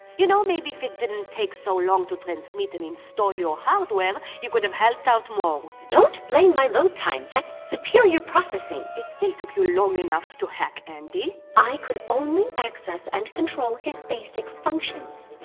you know, maybe if it didn't take so long to transmit and install your hardware you could have helped out more don't blame my load time, that's superior processing! it still took you long enough to hack andi i could only access and control his basic functions.